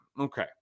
Okay